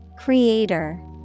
Creator